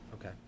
Okay